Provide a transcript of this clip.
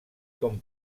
com